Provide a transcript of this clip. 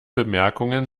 bemerkungen